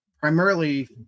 primarily